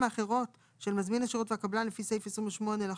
האחרות של מזמין השירות והקבלן לפי סעיף 28 לחוק,